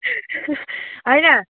होइन